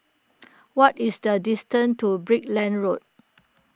what is the distance to Brickland Road